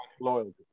loyalty